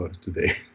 today